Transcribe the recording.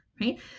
right